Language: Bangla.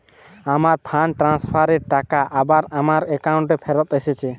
আমার ফান্ড ট্রান্সফার এর টাকা আবার আমার একাউন্টে ফেরত এসেছে